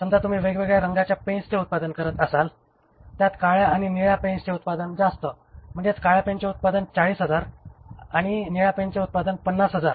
समजा तुम्ही वेगवेगळ्या रंगाच्या पेन्सच उत्पादन करत असाल त्यात काळ्या आणि निळ्या रंगाच्या पेन्सचे उत्पादन जास्त म्हणजेच काळ्या पेन्स चे उत्पादन 40000 असेल आणि निळ्या पेन्सचे उत्पादन 50000